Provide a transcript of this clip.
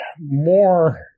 more